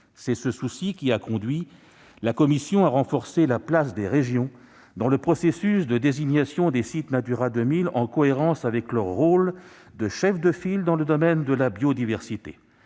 C'est ce souci qui a conduit la commission à renforcer la place des régions dans le processus de désignation des sites Natura 2000, en cohérence avec leur rôle de chef de file dans le domaine de la biodiversité.